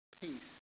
peace